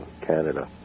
Canada